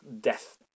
death